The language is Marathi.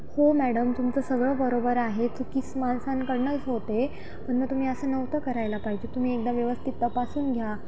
हो मॅडम तुमचं सगळं बरोबर आहे चूक माणसांकडूनच होते पण मग तुम्ही असं नव्हतं करायला पाहिजे तुम्ही एकदा व्यवस्थित तपासून घ्या